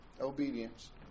obedience